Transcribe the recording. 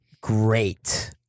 great